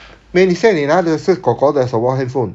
wait 你现在你拿的是 kor kor 的什么 handphone